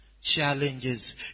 Challenges